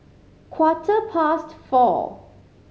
quarter past four